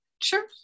Sure